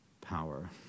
power